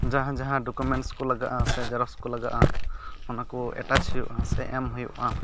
ᱡᱟᱦᱟᱸ ᱡᱟᱦᱟᱸ ᱰᱳᱠᱳᱢᱮᱱᱴᱥ ᱠᱚ ᱞᱟᱜᱟᱜᱼᱟ ᱥᱮ ᱡᱮᱨᱚᱠᱥ ᱠᱚ ᱞᱟᱜᱟᱜᱼᱟ ᱚᱱᱟ ᱠᱚ ᱮᱴᱟᱪ ᱦᱩᱭᱩᱜᱼᱟ ᱥᱮ ᱮᱢ ᱦᱩᱭᱩᱜᱼᱟ